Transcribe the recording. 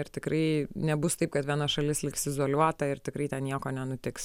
ir tikrai nebus taip kad viena šalis liks izoliuota ir tikrai ten nieko nenutiks